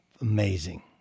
Amazing